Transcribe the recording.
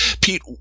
pete